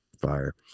Fire